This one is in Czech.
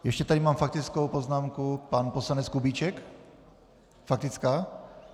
Ještě tady mám faktickou poznámku pan poslanec Kubíček, faktická?